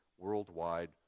worldwide